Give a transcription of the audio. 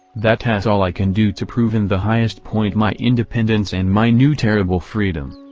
that s all i can do to prove in the highest point my independence and my new terrible freedom.